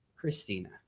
Christina